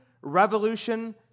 Revolution